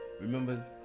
Remember